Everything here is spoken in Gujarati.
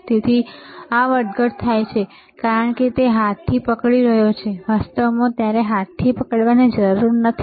તેથી આ વધઘટ થાય છે કારણ કે તે હાથથી પકડી રહ્યો છે વાસ્તવમાં તમારે હાથથી પકડવાની જરૂર નથી